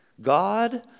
God